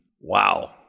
Wow